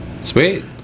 Sweet